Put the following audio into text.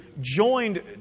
joined